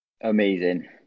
Amazing